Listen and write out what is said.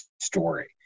story